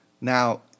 Now